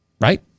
Right